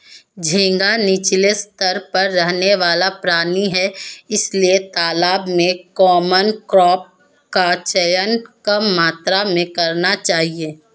झींगा नीचले स्तर पर रहने वाला प्राणी है इसलिए तालाब में कॉमन क्रॉप का चयन कम मात्रा में करना चाहिए